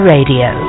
Radio